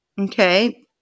Okay